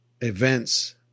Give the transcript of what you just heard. events